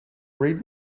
read